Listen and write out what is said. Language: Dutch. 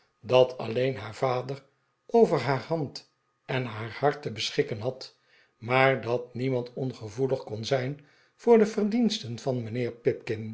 dat alleen haar vader over haar hand en haar hart te beschikken had maar dat niemand ongevoelig kon zijn voor de verdiensten van mijnheer